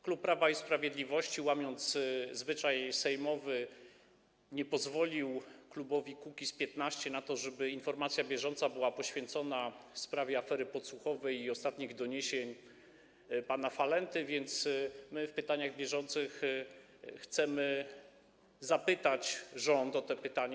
Klub Prawa i Sprawiedliwości, łamiąc zwyczaj sejmowy, nie pozwolił klubowi Kukiz’15 na to, żeby informacja bieżąca była poświęcona sprawie afery podsłuchowej i ostatnich doniesień pana Falenty, więc my w ramach pytań bieżących chcemy zapytać rząd o to pytanie.